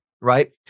right